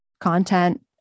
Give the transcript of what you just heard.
content